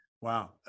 Wow